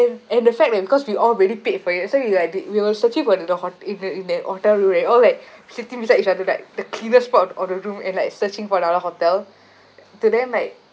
and the fact that because we already paid for it so we like a bit we were searching for the the ho~ in the in that hotel room right all like sitting beside each other like the cleanest part of of the room and like searching for another hotel to them like